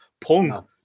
Punk